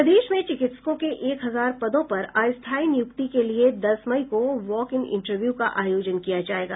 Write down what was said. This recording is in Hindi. प्रदेश में चिकित्सकों के एक हजार पदों पर अस्थायी नियुक्ति के लिए दस मई को वॉक इन इंटरव्यू का आयोजन किया जायेगा